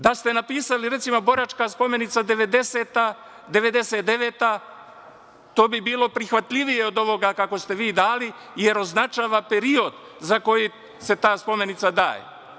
Da ste napisali, recimo, „Boračka spomenica 1990-1999“, to bi bilo prihvatljivije od ovoga kako ste vi dali, jer označava period za koji se ta spomenica daje.